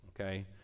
okay